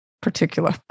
particular